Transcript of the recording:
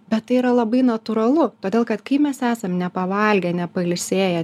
bet tai yra labai natūralu todėl kad kai mes esam nepavalgę nepailsėję